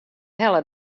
helle